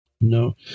No